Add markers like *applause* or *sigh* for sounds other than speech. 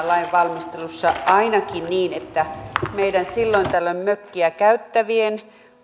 *unintelligible* lain valmistelussa ainakin niin että meidän silloin tällöin mökkiä